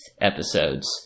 episodes